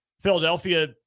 Philadelphia